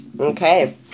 Okay